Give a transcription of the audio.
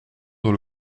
dans